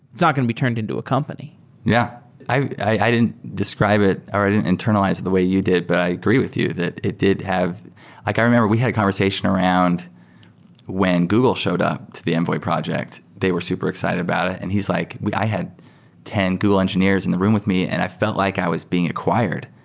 it's not going to be turned into a company yeah. i i didn't describe it or i didn't internalized it the way you did, but i agree with you, that it did have like i remember, we had a conversation around when google showed up to the envoy project. they were super excited about it and he's like, i had ten google engineers in the room with me and i felt like i was being acquired.